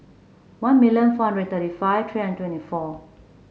one million four hundred thirty five three hundred twenty four